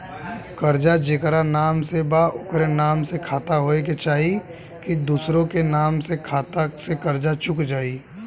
कर्जा जेकरा नाम से बा ओकरे नाम के खाता होए के चाही की दोस्रो आदमी के खाता से कर्जा चुक जाइ?